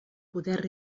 poder